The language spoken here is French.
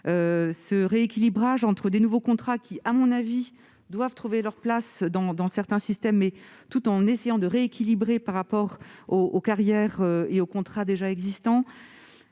le rééquilibrage entre des nouveaux contrats, dont j'estime qu'ils doivent trouver leur place dans certains systèmes, tout en ménageant un équilibre par rapport aux carrières et aux contrats déjà existants,